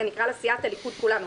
נקרא לה סיעת הליכוד כולנו,